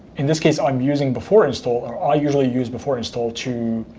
in this case, i'm using before install. or i usually use before install to